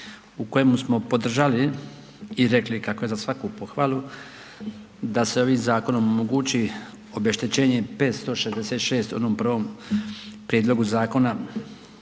u kojemu smo podržali i rekli kako je za svaku pohvalu da se ovim zakonom omogući obeštećenje 566 u onom prvom prijedlogu zakona,